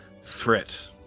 threat